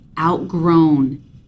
outgrown